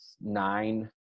nine